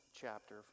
chapter